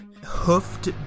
hoofed